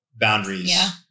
boundaries